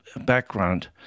background